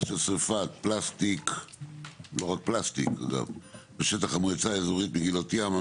של שריפת פלסטיק בשטח המועצה האזורית מגילות ים המלח,